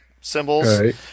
symbols